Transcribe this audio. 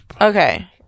Okay